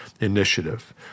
initiative